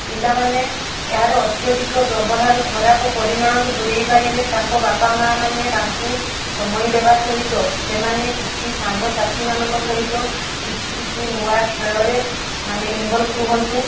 ପିଲାମାନେ ଏହାର ଅତ୍ୟଧିକ ବ୍ୟବହାର ଖରାପ ପରିମାଣରୁ ଦୂରେଇ ପାରିବେ ତାଙ୍କ ବାପା ମା' ମାନେ ତାଙ୍କୁ ସମୟ ଦେବା ସହିତ ସେମାନେ କିଛି ସାଙ୍ଗ ସାଥୀମାନଙ୍କ ସହିତ କିଛି କିଛି ନୂଆ ଖେଳରେ ମାନେ ଇନଭଲ୍ବ୍ ରୁହନ୍ତୁ